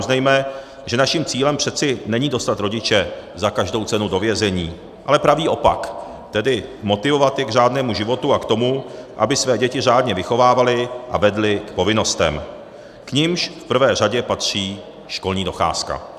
A uznejme, že naším cílem přece není dostat rodiče za každou cenu do vězení, ale pravý opak, tedy motivovat je k řádnému životu a k tomu, aby své děti řádně vychovávali a vedli k povinnostem, k nimž v prvé řadě patří školní docházka.